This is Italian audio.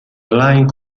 line